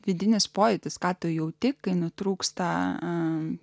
vidinis pojūtis ką tu jauti kai nutrūksta